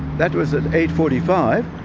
that was at eight. forty five,